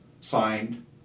signed